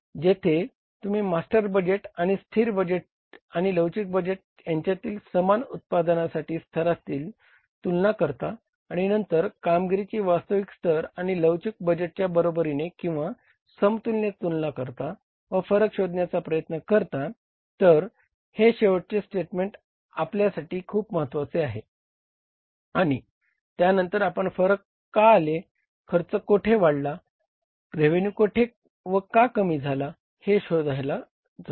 जेथे तुम्ही master budget आणि मास्टर बजेट आणि लवचिक बजेट यांच्यातील समान उत्पादन स्तरासाठी तुलना करता आणि नंतर कामगिरीचा वास्तविक स्तर आणि लवचिक बजेटच्या बरोबरीने किंवा समतुल्य तुलना करता व फरक शोधण्याचा प्रयत्न करता तर हे शेवटचे स्टेटमेंट आपल्यासाठी खूप महत्वाचे आहे आणि त्यानंतर आपण फरक का आले खर्च कोठे वाढला रेव्हेन्यू कोठे व का कमी झाला हे शोधण्यासाठी जाऊ